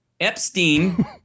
Epstein